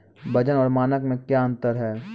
वजन और मानक मे क्या अंतर हैं?